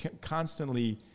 constantly